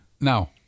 Now